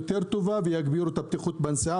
יותר טובה ויגבירו את הבטיחות בנסיעה.